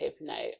note